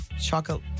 chocolate